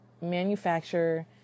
manufacture